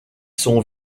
sont